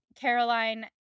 Caroline